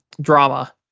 drama